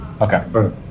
Okay